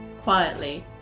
quietly